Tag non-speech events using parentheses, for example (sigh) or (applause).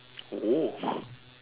oh (breath)